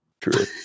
True